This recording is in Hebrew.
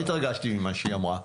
אני לא התרגשתי ממה שהיא אמרה.